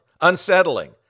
unsettling